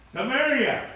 Samaria